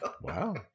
Wow